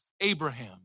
Abraham